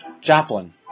Joplin